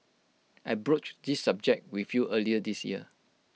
I broached this subject with you early this year